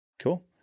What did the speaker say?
Cool